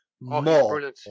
more